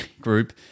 group